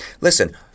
Listen